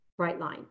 Brightline